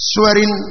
Swearing